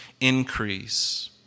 increase